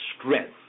strength